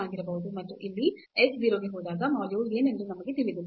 ಮತ್ತು ಇಲ್ಲಿ x 0 ಗೆ ಹೋದಾಗ ಮೌಲ್ಯವು ಏನೆಂದು ನಮಗೆ ತಿಳಿದಿಲ್ಲ